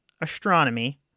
astronomy